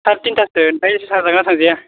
साराइतिनथासोनिफ्राय थांजागोन ना थांजाया